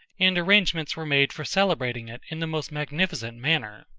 and arrangements were made for celebrating it in the most magnificent manner.